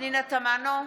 פנינה תמנו,